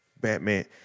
Batman